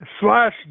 slash